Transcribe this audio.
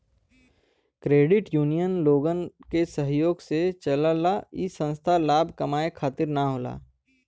credit union लोगन के सहयोग से चलला इ संस्था लाभ कमाये खातिर न होला